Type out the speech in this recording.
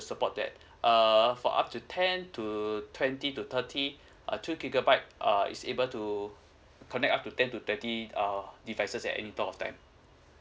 support that uh for up to ten to twenty to thirty uh two gigabytes uh is able to connect up to ten to thirty uh devices at any point of time